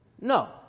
no